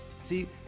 See